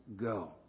go